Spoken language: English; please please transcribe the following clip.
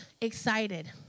excited